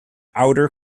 outer